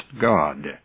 God